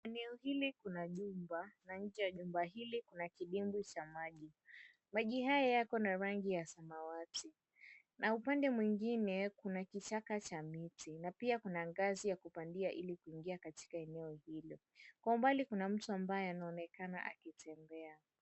Eneo hili kuna nyumba na nje ya nyumba hili kuna kigezo cha maji. Maji Haya yako na rangi ya samawati na upande mwingine, kuna kichaka cha miti, na pia kuna ngazi ya kupandia ili kuingia katika eneo hilo. Kwa mbali kuna mtu ambaye anaonekana akitembea.